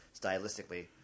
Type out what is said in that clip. stylistically –